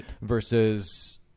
versus